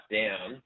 down